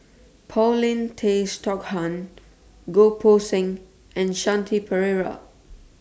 Paulin Tay Straughan Goh Poh Seng and Shanti Pereira